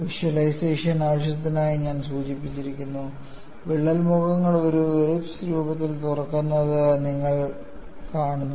visualisation ആവശ്യത്തിനായി ഞാൻ സൂചിപ്പിച്ചിരുന്നു വിള്ളൽ മുഖങ്ങൾ ഒരു എലിപ്സ് രൂപത്തിൽ തുറക്കുന്നത് നിങ്ങൾ കാണുന്നു